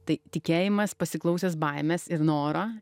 tai tikėjimas pasiklausęs baimės ir norą